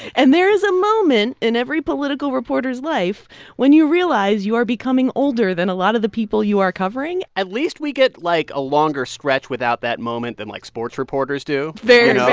and there is a moment in every political reporter's life when you realize you are becoming older than a lot of the people you are covering at least we get, like, a longer stretch without that moment than, like, sports reporters do very